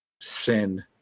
sin